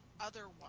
otherwise